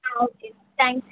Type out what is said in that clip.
okay thanks